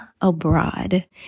Abroad